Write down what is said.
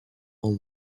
are